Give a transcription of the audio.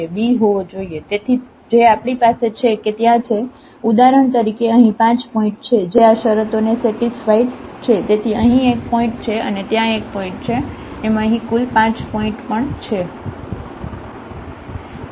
તેથી જે આપણી પાસે છે કે ત્યાં છે ઉદાહરણ તરીકે અહીં 5 પોઇન્ટ છે જે આ શરતોને સેટિસ્ફાઇડ છે તેથી અહીં એક પોઇન્ટ છે અને ત્યાં એક પોઇન્ટ છે અને અહીં કુલ 5 પોઇન્ટ પણ છે